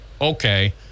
okay